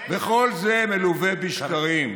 וכל זה מלווה בשקרים,